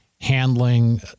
handling